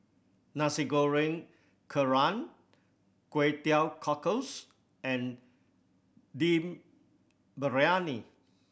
Nasi Goreng Kerang Kway Teow Cockles and Dum Briyani